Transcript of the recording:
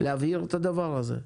להבהיר את הדבר הזה.